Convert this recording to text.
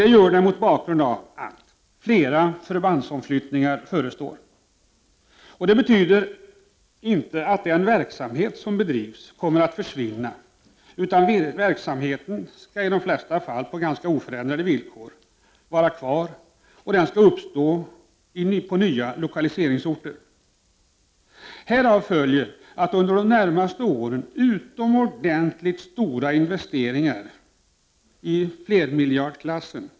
Det gör den mot bakgrund av att flera förbandsomflyttningar förestår. Detta betyder inte att den verksamhet som bedrivs kommer att försvinna. Verksamheten skall i de flesta fall vara kvar på ganska oförändrade villkor. Den skall uppstå på nya lokaliseringsorter. Härav följer att under de närmaste åren förestår stora investeringar, sannolikt i miljardklassen.